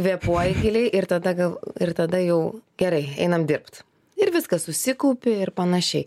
kvėpuoji giliai ir tada gal ir tada jau gerai einam dirbt ir viskas susikaupi ir panašiai